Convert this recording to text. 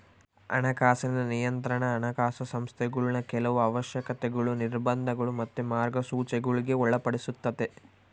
ಹಣಕಾಸಿನ ನಿಯಂತ್ರಣಾ ಹಣಕಾಸು ಸಂಸ್ಥೆಗುಳ್ನ ಕೆಲವು ಅವಶ್ಯಕತೆಗುಳು, ನಿರ್ಬಂಧಗುಳು ಮತ್ತೆ ಮಾರ್ಗಸೂಚಿಗುಳ್ಗೆ ಒಳಪಡಿಸ್ತತೆ